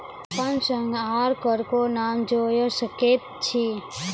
अपन संग आर ककरो नाम जोयर सकैत छी?